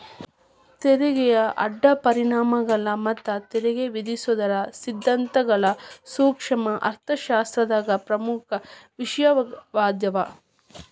ತೆರಿಗೆಯ ಅಡ್ಡ ಪರಿಣಾಮಗಳ ಮತ್ತ ತೆರಿಗೆ ವಿಧಿಸೋದರ ಸಿದ್ಧಾಂತಗಳ ಸೂಕ್ಷ್ಮ ಅರ್ಥಶಾಸ್ತ್ರದಾಗ ಪ್ರಮುಖ ವಿಷಯವಾಗ್ಯಾದ